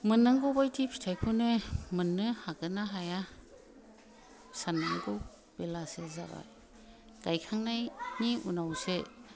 मोननांगौबादि फिथाइखौनो मोननो हागोन ना हाया साननांगौ बेलासो जाबाय गायखांनायनि उनावसो